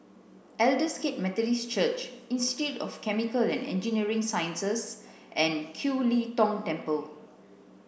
Aldersgate Methodist Church Institute of Chemical and Engineering Sciences and Kiew Lee Tong Temple